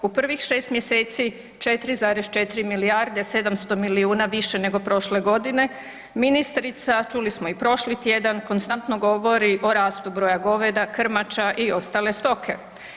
U prvih 6 mjeseci 4,4 milijarde 700 milijuna više nego prošle godine, ministrica čuli smo i prošli tjedan konstantno govori o rastu broja goveda, krmača i ostale stoke.